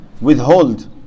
withhold